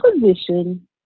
position